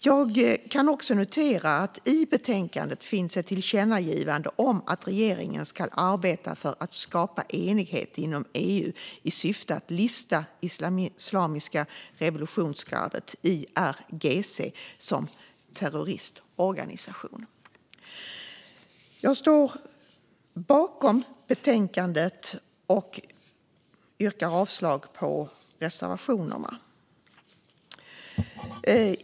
Jag noterar också att det i betänkandet föreslås ett tillkännagivande om att regeringen ska arbeta för att skapa enighet inom EU i syfte att lista Islamiska revolutionsgardet, IRGC, som terroristorganisation. Jag yrkar bifall till utskottets förslag och avslag på reservationerna.